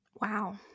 Wow